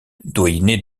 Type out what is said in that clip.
doyenné